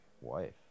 wife